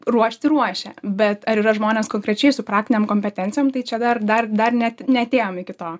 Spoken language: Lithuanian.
ruošti ruošia bet ar yra žmonės konkrečiai su praktinėm kompetencijom tai čia dar dar dar net neatėjom iki to